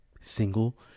single